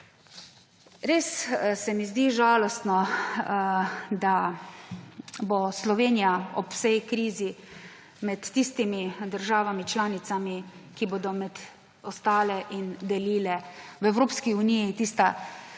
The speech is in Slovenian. Res se mi zdi žalostno, da bo Slovenija ob vsej krizi med tistimi državami članicami, ki bodo ostale in delile v Evropski uniji tista zadnja,